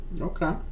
Okay